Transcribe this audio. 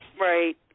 Right